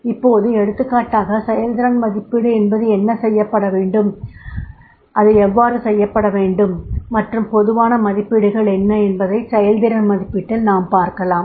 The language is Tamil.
இப்போது எடுத்துக்காட்டாக செயல்திறன் மதிப்பீடு என்பது என்ன செய்யப்பட வேண்டும் அது எவ்வாறு செய்யப்பட வேண்டும் மற்றும் பொதுவான மதிப்பீடுகள் என்ன என்பதை செயல்திறன் மதிப்பீட்டில் நாம் பார்க்கலாம்